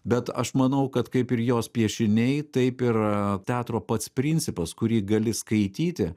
bet aš manau kad kaip ir jos piešiniai taip ir teatro pats principas kurį gali skaityti